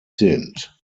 sind